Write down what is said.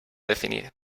definir